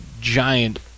giant